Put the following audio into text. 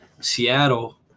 Seattle